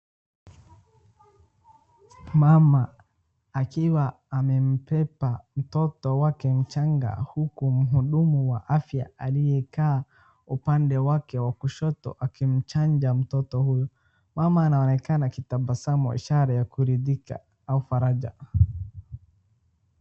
Mama akiwa amembeba mtoto wake mchanga huku mhudumu wa afya aliyekaa upande wake wa kushoto akimchanja mtoto huyu. Mama ananekana akitabasamu ishara ya kuridhika au faraja.